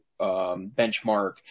benchmark